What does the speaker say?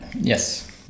yes